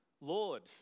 Lord